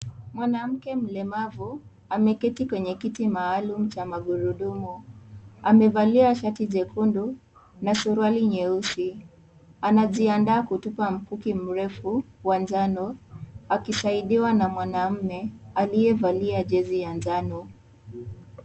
Mwanamke mlemavu, ameketi kwenye kiti maalum cha magurudumu. Amevalia shati jekundu, na suruali nyeusi. Anajiandaa kutupa mkuki mrefu wa njano, akisaidiwa na mwanamume, aliyevalia jezi ya njano.